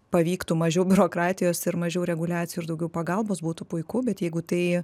pavyktų mažiau biurokratijos ir mažiau reguliacijų ir daugiau pagalbos būtų puiku bet jeigu tai